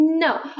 No